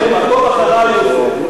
"עקוב אחריכם"